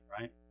right